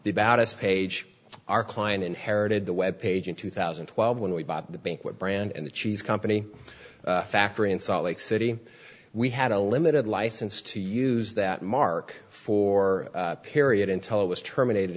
about us page our client inherited the web page in two thousand and twelve when we bought the bank what brand and the cheese company factory in salt lake city we had a limited license to use that mark for period until it was terminated